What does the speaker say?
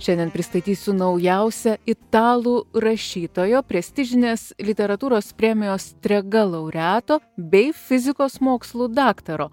šiandien pristatysiu naujausią italų rašytojo prestižinės literatūros premijos trega laureato bei fizikos mokslų daktaro